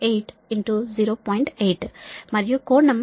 8 మరియు కోణం మైనస్ 36